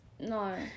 No